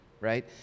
right